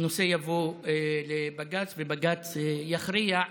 הנושא יבוא לבג"ץ ובג"ץ יכריע.